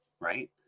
Right